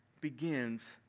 begins